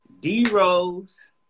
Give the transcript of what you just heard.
D-Rose